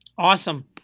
Awesome